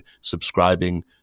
subscribing